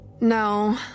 No